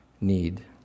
need